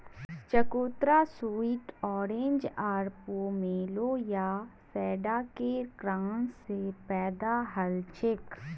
चकोतरा sweet orange आर pomelo या शैडॉकेर क्रॉस स पैदा हलछेक